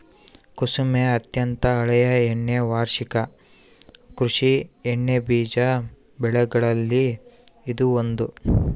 ಕುಸುಮೆ ಅತ್ಯಂತ ಹಳೆಯ ಎಣ್ಣೆ ವಾರ್ಷಿಕ ಕೃಷಿ ಎಣ್ಣೆಬೀಜ ಬೆಗಳಲ್ಲಿ ಇದು ಒಂದು